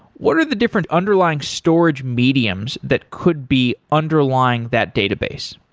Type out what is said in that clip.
what are the different underlying storage mediums that could be underlying that database?